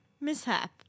mishap